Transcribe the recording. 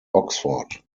oxford